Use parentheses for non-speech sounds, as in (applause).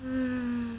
(breath)